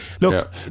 look